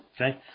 Okay